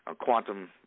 quantum